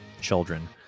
children